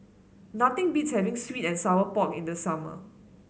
nothing beats having sweet and Sour Pork in the summer